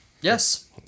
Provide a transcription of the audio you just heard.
Yes